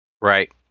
Right